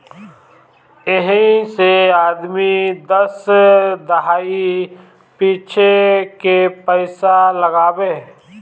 यही से आदमी दस दहाई पूछे के पइसा लगावे